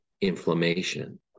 inflammation